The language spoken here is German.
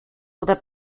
oder